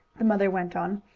the mother went on,